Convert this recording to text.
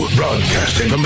broadcasting